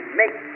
make